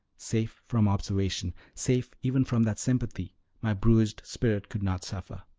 safe from observation, safe even from that sympathy my bruised spirit could not suffer.